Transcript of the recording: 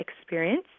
experience